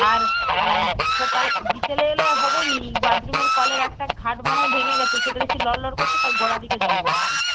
আর সকাল বিকেলে এলে আর হবে নি বাথরুমের কলের একটা ঘাট মনে হয় ভেঙে গেছে সেটা দেখছি লড়লড় করছে তার গোড়া দিকে জল পড়ছে